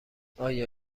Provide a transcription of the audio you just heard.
آیا